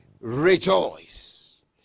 rejoice